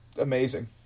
amazing